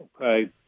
okay